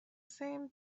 same